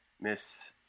Miss